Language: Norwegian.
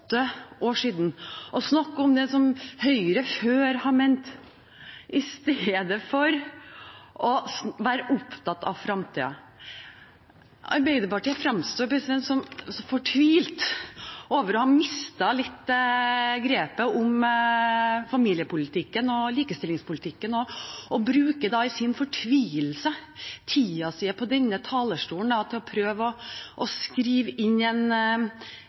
åtte år siden, og snakke om det som Høyre før har ment, i stedet for å være opptatt av fremtiden. Arbeiderpartiet fremstår som fortvilt over å ha mistet grepet om familiepolitikken og likestillingspolitikken og bruker da i sin fortvilelse tiden sin på denne talerstolen til å prøve å skrive inn en